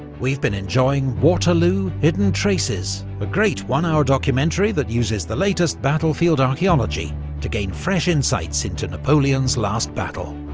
we've been enjoying waterloo hidden traces', a great one-hour documentary that uses the latest battlefield archaeology to gain fresh insights into napoleon's last battle.